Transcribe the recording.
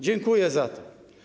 Dziękuję za to.